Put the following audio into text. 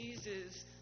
Jesus